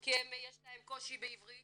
כי יש להם קושי בעברית,